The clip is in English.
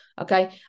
okay